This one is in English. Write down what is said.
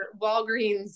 Walgreens